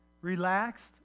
relaxed